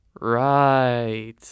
Right